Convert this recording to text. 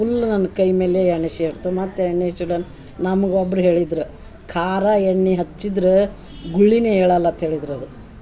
full ನನ್ನ ಕೈ ಮೇಲೆ ಎಣ್ಣೆ ಶೀರ್ತು ಮತ್ತು ಎಣ್ಣೆ ಇಚುಡನ್ ನಮ್ಗ ಒಬ್ರ ಹೇಳಿದ್ರ ಖಾರ ಎಣ್ಣೆ ಹಚ್ಚಿದ್ರ ಗುಳಿನೆ ಏಳಲ್ಲ ಅತ್ ಹೇಳಿದ್ರ ಅದು